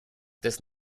des